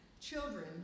Children